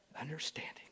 understanding